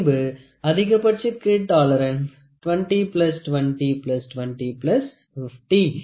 பின்பு அதிகபட்ச கீழ் டாலரன்ஸ் 20202050 110